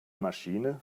maschine